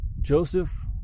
Joseph